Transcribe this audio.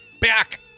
back